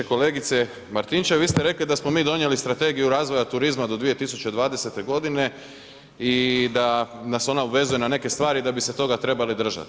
Kolegice Martinčev, vi ste rekli da smo mi donijeli strategiju razvoja turizma do 2020. godine i da nas ona obvezuje na neke stvari i da bi se toga trebali držati.